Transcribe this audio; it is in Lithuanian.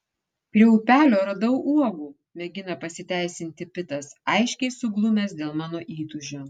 prie upelio radau uogų mėgina pasiteisinti pitas aiškiai suglumęs dėl mano įtūžio